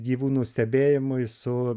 gyvūnų stebėjimui su